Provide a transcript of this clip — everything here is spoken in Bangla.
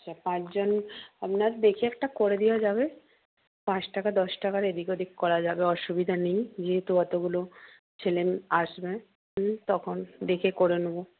আচ্ছা পাঁচজন আপনার দেখে একটা করে দেওয়া যাবে পাঁচ টাকা দশ টাকার এদিক ওদিক করা যাবে অসুবিধা নেই যেহেতু অতগুলো ছেলে আসবে তখন দেখে করে নেব